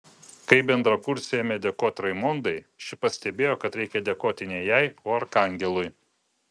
kai bendrakursė ėmė dėkoti raimondai ši pastebėjo kad reikia dėkoti ne jai o arkangelui